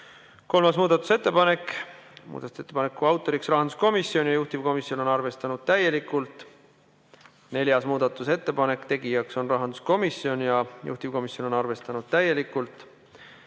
Kolmas muudatusettepanek, muudatusettepaneku autor on rahanduskomisjon ja juhtivkomisjon on arvestanud seda täielikult. Neljas muudatusettepanek, tegija on rahanduskomisjon ja juhtivkomisjon on arvestanud seda täielikult.